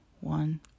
one